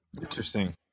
Interesting